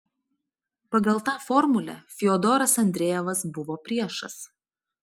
pagal tą formulę fiodoras andrejevas buvo priešas